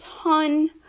ton